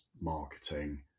marketing